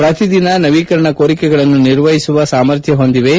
ಪ್ರತಿದಿನ ನವೀಕರಣ ಕೋರಿಕೆಗಳನ್ನು ನಿರ್ವಹಿಸುವ ಸಾಮರ್ಥ್ನ ಹೊಂದಿವೆ